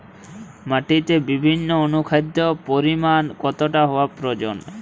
মাটিতে বিভিন্ন অনুখাদ্যের পরিমাণ কতটা হওয়া প্রয়োজন?